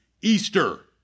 Easter